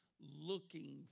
looking